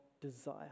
desire